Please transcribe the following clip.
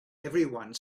everyone